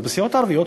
אז בסיעות הערביות,